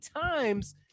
times